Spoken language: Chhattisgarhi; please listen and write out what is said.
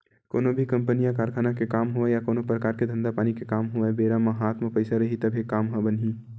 कोनो भी कंपनी या कारखाना के काम होवय या कोनो परकार के धंधा पानी के काम होवय बेरा म हात म पइसा रइही तभे काम ह बनही